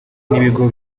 n’ibigo